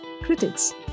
critics